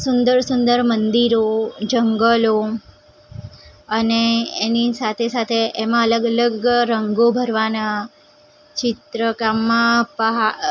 સુંદર સુંદર મંદિરો જંગલો અને એની સાથે સાથે એમાં અલગ અલગ રંગો ભરવાના ચિત્રકામમાં પહા અ